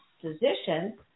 physician